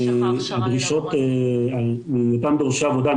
דרישות מאותם דורשי עבודה,